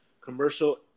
commercial